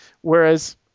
Whereas